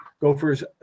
Gopher's